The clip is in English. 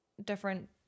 different